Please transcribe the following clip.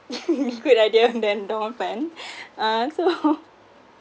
good idea then don't offend uh so